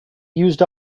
used